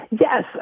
Yes